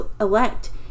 elect